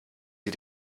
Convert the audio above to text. sie